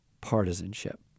partisanship